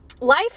life